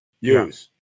use